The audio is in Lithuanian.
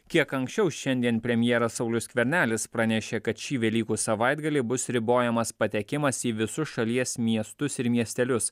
kiek anksčiau šiandien premjeras saulius skvernelis pranešė kad šį velykų savaitgalį bus ribojamas patekimas į visus šalies miestus ir miestelius